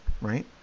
right